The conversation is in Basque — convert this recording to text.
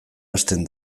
hasten